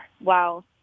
wow